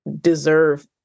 deserve